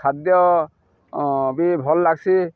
ଖାଦ୍ୟ ବି ଭଲ୍ ଲାଗ୍ସି